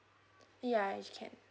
ya you can